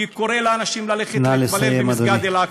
כי הוא קורא לאנשים ללכת להתפלל במסגד אל-אקצא.